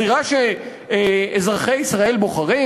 בזירה שאזרחי ישראל בוחרים?